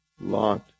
lot